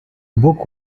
book